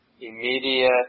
immediate